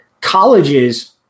colleges